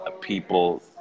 people